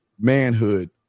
manhood